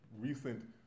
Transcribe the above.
recent